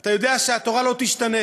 אתה יודע שהתורה לא תשתנה.